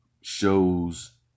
shows